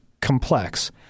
complex